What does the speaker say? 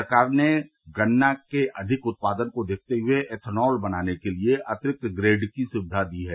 सरकार ने गन्ना के अधिक उत्पादन को देखते हुए एथनाल बनाने के लिए अतिरिक्त ग्रेड की सुविघा दी है